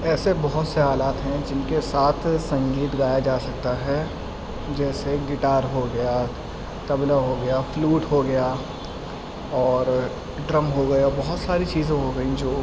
ایسے بہت سے آلات ہیں جن کے ساتھ سنگیت گایا جا سکتا ہے جیسے گٹار ہو گیا طبلہ ہو گیا فلوٹ ہو گیا اور ڈرم ہو گیا بہت ساری چیزیں ہو گئیں جو